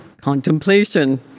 contemplation